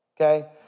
Okay